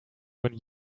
when